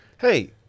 Hey